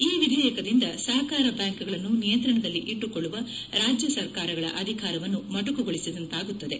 ಈ ವಿಧೇಯಕದಿಂದ ಸಹಕಾರ ಬ್ಯಾಂಕ್ಗಳನ್ನು ನಿಯಂತ್ರಣದಲ್ಲಿ ಇಟ್ಟುಕೊಳ್ಳುವ ರಾಜ್ಯ ಸರಕಾರಗಳ ಅಧಿಕಾರವನ್ನು ಮೊಟಕುಗೊಳಿಸಿದಂತಾಗುತ್ತದೆ